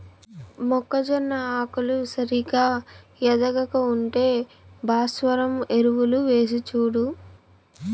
మొక్కజొన్న ఆకులు సరిగా ఎదగక ఉంటే భాస్వరం ఎరువులు వేసిచూడు